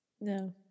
No